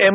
M